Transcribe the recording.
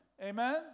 Amen